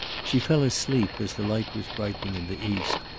she fell asleep as the light was brightening in the east,